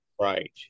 right